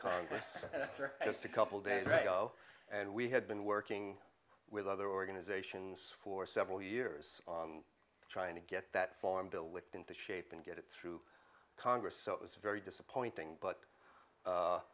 congress just a couple days ago and we had been working with other organizations for several years on trying to get that farm bill with into shape and get it through congress so it was very disappointing but